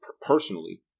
personally